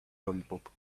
lollipop